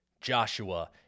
Joshua